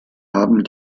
haben